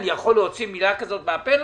אני יכול להוציא מילה כזאת מהפה?